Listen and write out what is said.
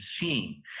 seeing